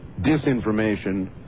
disinformation